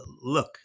look